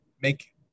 make